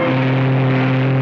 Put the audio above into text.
the